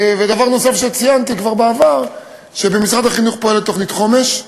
דבר נוסף שציינתי כבר בעבר הוא שבמשרד החינוך פועלת תוכנית חומש,